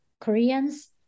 Koreans